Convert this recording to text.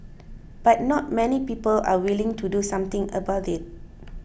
but not many people are willing to do something about it